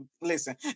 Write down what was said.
Listen